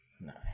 Nine